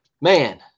man –